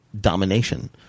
domination